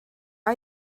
are